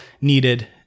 needed